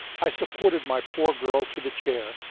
i supported my poor girl to the chair,